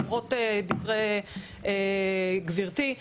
למרות דברי גברתי,